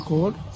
Code